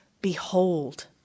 behold